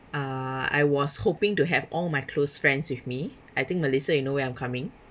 uh I was hoping to have all my close friends with me I think melissa you know where I'm coming